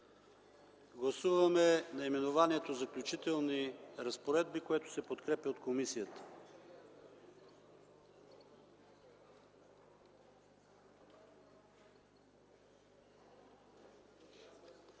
Гласуваме наименованието „Заключителни разпоредби”, което се подкрепя от комисията.